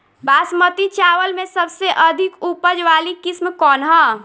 बासमती चावल में सबसे अधिक उपज वाली किस्म कौन है?